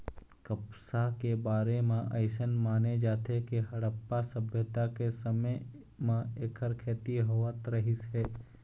कपसा के बारे म अइसन माने जाथे के हड़प्पा सभ्यता के समे म एखर खेती होवत रहिस हे